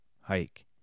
hike